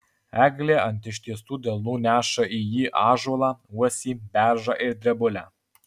eglė ant ištiestų delnų neša į jį ąžuolą uosį beržą ir drebulę